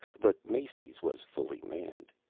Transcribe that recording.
but macy's was fully manned.